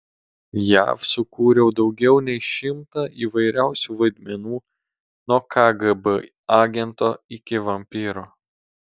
jav sukūriau daugiau nei šimtą įvairiausių vaidmenų nuo kgb agento iki vampyro